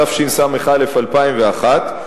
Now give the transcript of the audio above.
התשס"א 2001,